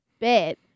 bet